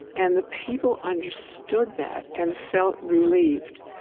and the people understood that and felt relieved.